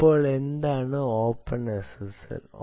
അപ്പോൾ എന്താണ് ഓപ്പൺഎസ്എസ്എൽ